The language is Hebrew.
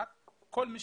2021, כל מי